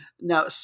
Now